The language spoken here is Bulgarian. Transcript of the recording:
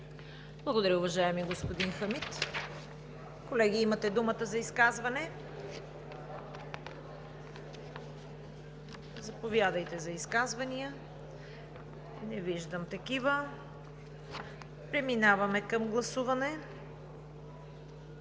Благодаря, уважаеми господин Хамид. Колеги, имате думата за изказване. Не виждам такива. Преминаваме към гласуване.